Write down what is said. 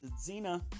Zena